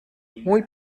muy